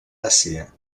àsia